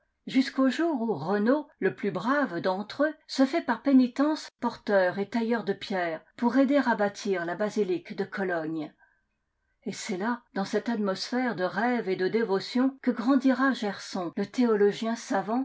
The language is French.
jusqu'au jour où renaud le plus brave d'entre eux se fait par pénitence porteur et tailleur de pierres pour aider à bâtir la basilique de cologne et c'est là dans cette atmosphère de rêve et de dévotion que grandira gerson le théologien savant